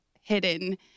hidden